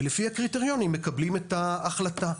ולפי הקריטריונים מקבלים את ההחלטה.